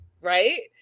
right